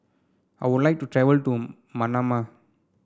I would like to travel to Manama